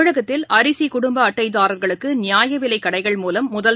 தமிழகத்தில் அரிசிகுடுப்பஅட்டைதாரர்களுக்குநியாயவிலைக் கடைகள் மூவம் முதல்